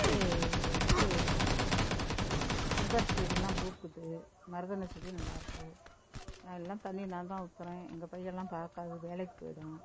வந்து இது செம்பருத்தி செடிலாம் பூக்குது மருதாணச் செடி நல்லாயிருக்கு எல்லாம் தண்ணி நான்தான் ஊற்றுறேன் எங்கள் பையன்லாம் பார்க்காது வேலைக்கு போய்டும்